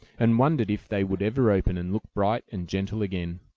and wondered if they would ever open and look bright and gentle again.